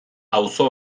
auzo